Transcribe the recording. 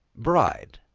bride,